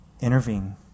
Intervene